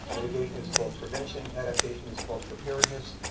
mitigation is called prevention, adaptation is called preparedness.